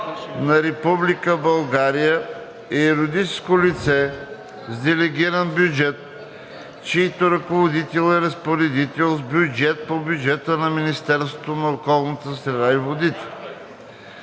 на Република България е юридическо лице с делегиран бюджет, чийто ръководител е разпоредител с бюджет по бюджета на Министерството на околната среда и водите.